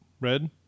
Red